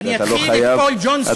אני אתחיל את פול ג'ונסון מחדש.